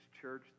church